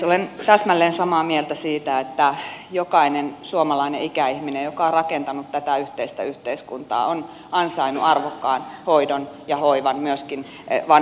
olen täsmälleen samaa mieltä siitä että jokainen suomalainen ikäihminen joka on rakentanut tätä yhteistä yhteiskuntaa on ansainnut arvokkaan hoidon ja hoivan myöskin vanhuudenpäivinään